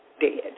dead